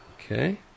Okay